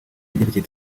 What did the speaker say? ibyerekeye